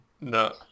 No